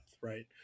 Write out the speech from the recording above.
right